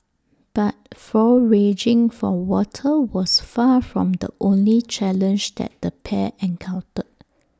but foraging for water was far from the only challenge that the pair encountered